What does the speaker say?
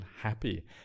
happy